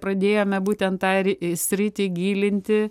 pradėjome būtent tą ir į sritį gilinti